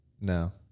No